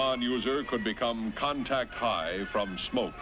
non user could become a contact high from smoke